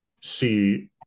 see